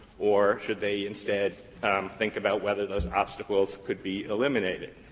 or should they instead think about whether those obstacles could be eliminated?